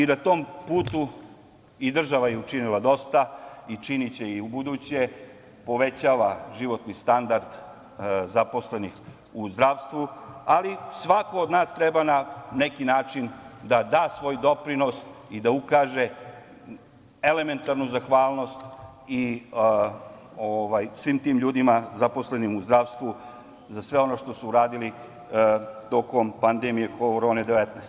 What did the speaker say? Na tom putu i država je učinila dosta i čini će i ubuduće, povećava životni standard zaposlenih u zdravstvu, ali svako od nas treba na neki način da da svoj doprinos i da ukaže elementarnu zahvalnost svim tim ljudima zaposlenim u zdravstvu za sve ono što su uradili tokom pandemije korone-19.